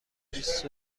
بیست